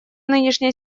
нынешняя